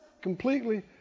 completely